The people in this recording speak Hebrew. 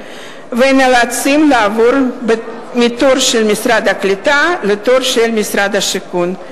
ונאלצים לעבור מהתור של משרד הקליטה לתור של משרד השיכון.